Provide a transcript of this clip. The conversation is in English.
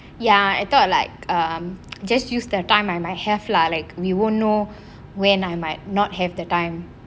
ya I thought like um just use the time I might have lah like we won't know when I might not have the time